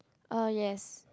uh yes